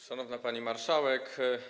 Szanowna Pani Marszałek!